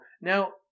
Now